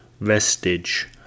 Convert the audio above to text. Vestige